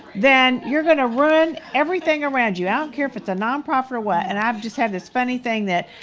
then you're going to ruin everything around you. i don't care if it's a nonprofit or what. and i just have this funny thing that,